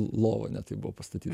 lova ne taip buvo pastatyta